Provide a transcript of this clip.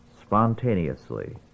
spontaneously